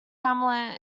hamlet